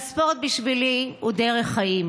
והספורט בשבילי הוא דרך חיים.